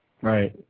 Right